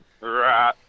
Right